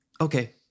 okay